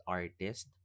artist